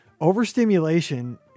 overstimulation